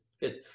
Good